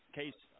case